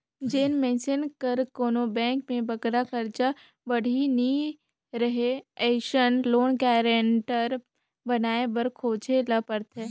जेन मइनसे कर कोनो बेंक में बगरा करजा बाड़ही नी रहें अइसन लोन गारंटर बनाए बर खोजेन ल परथे